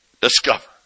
Discover